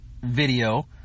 video